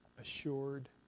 assured